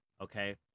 okay